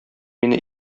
мине